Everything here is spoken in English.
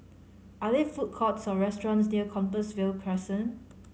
are there food courts or restaurants near Compassvale Crescent